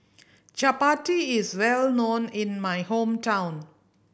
chapati is well known in my hometown